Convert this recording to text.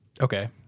Okay